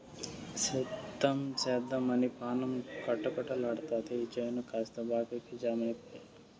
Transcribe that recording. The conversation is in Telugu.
సేద్దెం సేద్దెమని పాణం కొటకలాడతాది చేను కాస్త బాకీకి జమైపాయె